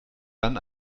dann